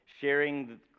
sharing